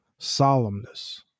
solemnness